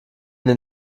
den